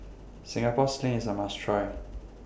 Singapore Sling IS A must Try